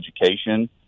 education